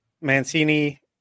Mancini